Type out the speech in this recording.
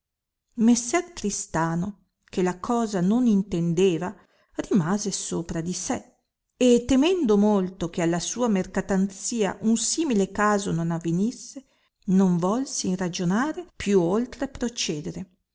messer tristano che la cosa non intendeva rimase sopra di sé e temendo molto che alla sua mercatanzia un simile caso non avvenisse non volse in ragionare più oltre procedere